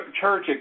church